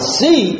see